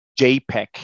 jpeg